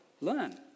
learn